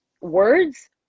words